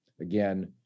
again